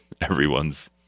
everyone's